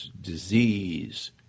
disease